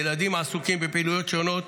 הילדים עסוקים בפעילויות שונות,